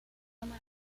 manera